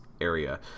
area